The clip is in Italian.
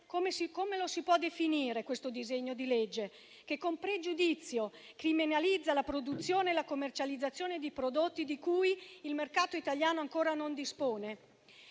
come si può definire questo disegno di legge, che con pregiudizio criminalizza la produzione e la commercializzazione di prodotti di cui il mercato italiano ancora non dispone?